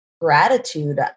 gratitude